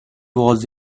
was